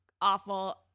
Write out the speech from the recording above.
awful